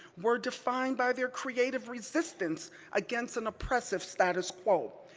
were defined by their creative resistance against an oppressive status quo.